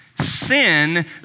Sin